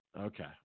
Okay